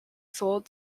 sold